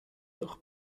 durch